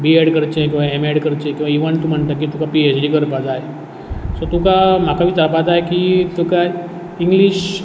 बी Ed करचें किंवां M Ed करचें किंवां इव्हन तूं म्हणटा की तुका पी एच डी करपा जाय सो तुका म्हाका विचारपा जाय की तुका इंग्लीश